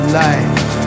life